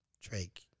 Drake